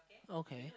okay